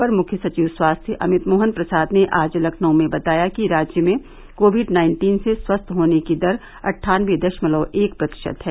अपर मुख्य सचिव स्वास्थ्य अमित मोहन प्रसाद ने आज लखनऊ में बताया कि राज्य में कोविड नाइन्टीन से स्वस्थ होने की दर अट्ठानबे दशमलव एक प्रतिशत है